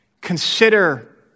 Consider